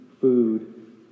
food